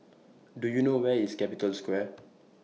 Do YOU know Where IS Capital Square